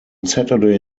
saturday